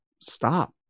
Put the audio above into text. stop